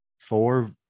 four